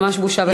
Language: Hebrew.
ממש בושה וחרפה.